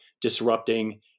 disrupting